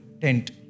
tent